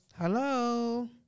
Hello